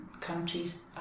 countries